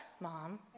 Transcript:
mom